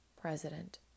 president